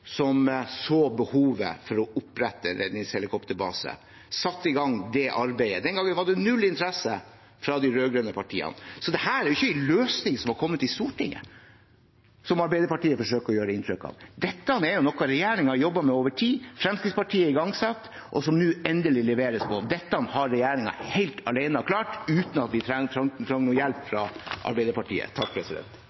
som så behovet for å opprette redningshelikopterbase – satte i gang det arbeidet. Den gangen var det null interesse fra de rød-grønne partiene. Dette er ikke en løsning som har kommet i Stortinget, som Arbeiderpartiet forsøker å gi inntrykk av. Dette er noe regjeringen har jobbet med over tid, som Fremskrittspartiet har igangsatt, og som nå endelig leveres. Dette har regjeringen helt alene klart, uten at vi